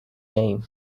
game